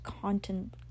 content